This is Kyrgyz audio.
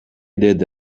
деди